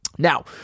Now